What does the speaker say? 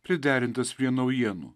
priderintas prie naujienų